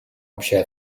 общей